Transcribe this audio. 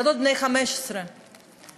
ילדות בנות 15 שמוטרדות